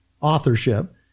authorship